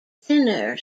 thinner